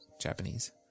Japanese